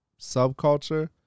subculture